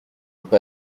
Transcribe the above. pas